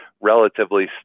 relatively